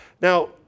Now